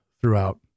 throughout